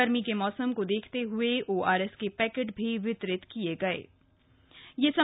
गर्मी के मौसम को देखते हए ओआरएस के पैकेट भी वितरित किये गये